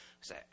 say